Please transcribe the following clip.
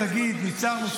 תגיד: ניצחנו,